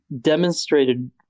demonstrated